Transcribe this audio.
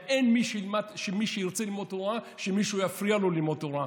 ואין מי שירצה ללמוד תורה ומישהו יפריע לו ללמוד תורה.